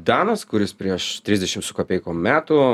danas kuris prieš trisdešim su kapeikom metų